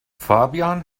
fabian